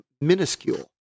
minuscule